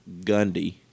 Gundy